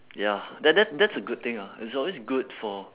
ya that that that's a good thing ah it's always good for